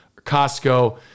Costco